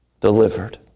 delivered